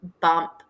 bump